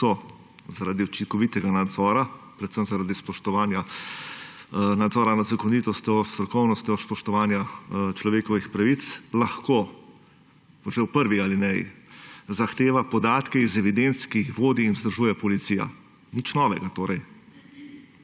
so zaradi učinkovitega nadzora, predvsem zaradi spoštovanja nadzora nad zakonitostjo, strokovnostjo, spoštovanja človekovih pravic, piše že v prvi alineji, da lahko zahteva podatke iz evidenc, ki jih vodi in vzdržuje policija. Nič novega torej.